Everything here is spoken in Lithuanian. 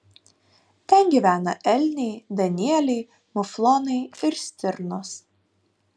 ten gyvena elniai danieliai muflonai ir stirnos